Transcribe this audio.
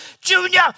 Junior